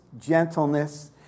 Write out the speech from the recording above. gentleness